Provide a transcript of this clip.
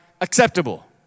acceptable